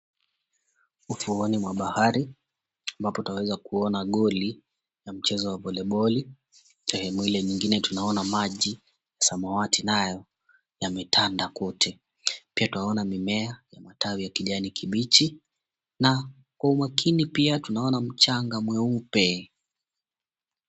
Ufuoni mwa bahari, ambapo tunaweza kuona goli la mchezo wa volleyball . Sehemu ile ingine tunaona maji, samawati nayo yametanda kwote. Pia twaona mimea ya matawi ya kijani kibichi, na kwa makini pia tunaona mchanga mweupe.